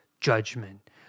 judgment